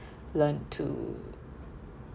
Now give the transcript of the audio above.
learn to